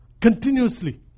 continuously